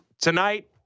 tonight